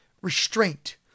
restraint